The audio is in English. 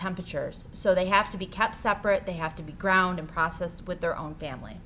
temperatures so they have to be kept separate they have to be ground and processed with their own family